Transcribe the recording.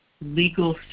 legal